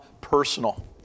personal